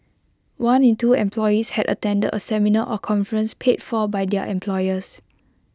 one in two employees had attended A seminar or conference paid for by their employers